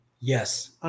Yes